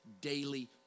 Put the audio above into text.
daily